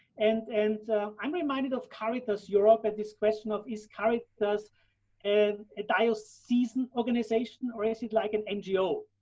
and and i'm reminded of caritas europa, this question of is caritas and a diocesan organization, or is it like an ngo?